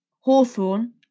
hawthorn